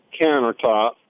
countertop